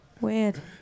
Weird